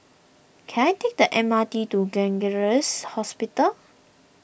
can I take the M R T to Gleneagles Hospital